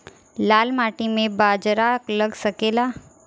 लाल माटी मे बाजरा लग सकेला?